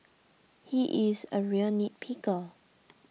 he is a real nitpicker